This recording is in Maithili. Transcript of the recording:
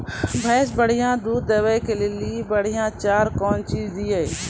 भैंस बढ़िया दूध दऽ ले ली बढ़िया चार कौन चीज दिए?